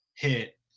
Hit